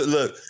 Look